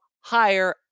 higher